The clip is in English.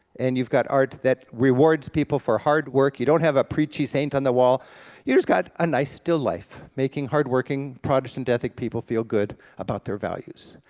and you've got art that rewards people for hard work. you don't have a preachy saint on the wall you've got a nice still life making hard-working, protestant ethic people feel good about their values.